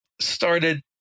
started